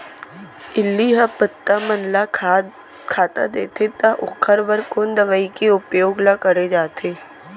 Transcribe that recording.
इल्ली ह पत्ता मन ला खाता देथे त ओखर बर कोन दवई के उपयोग ल करे जाथे?